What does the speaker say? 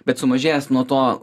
bet sumažėjęs nuo to